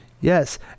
Yes